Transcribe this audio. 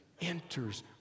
enters